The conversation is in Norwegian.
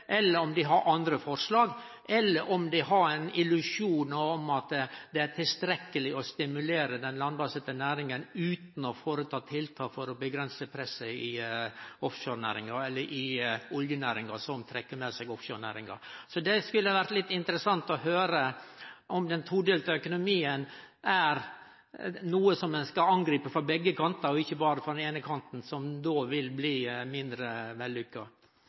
eller om dei har ein illusjon om at det er tilstrekkeleg å stimulere den landbaserte næringa utan å gjere tiltak for å dempe presset i oljenæringa, som trekkjer med seg offshorenæringa. Det skulle vore litt interessant å høyre om den todelte økonomien er noko ein skal angripe frå begge kantar og ikkje berre frå den eine, som då vil bli mindre vellykka.